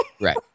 Right